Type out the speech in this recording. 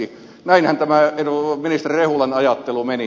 näinhän tämä ministeri rehulan ajattelu meni